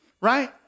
Right